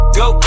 go